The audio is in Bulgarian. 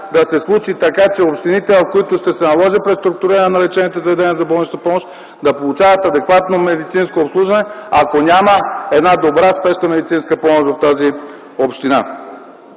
да се случи така, че общините, в които ще се наложи преструктуриране на лечебните заведения за болнична помощ, да получават адекватно медицинско обслужване, ако няма една добра спешна медицинска помощ в тази община.